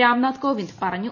രാംനാഥ് കോവിന്ദ് പറഞ്ഞു